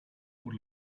por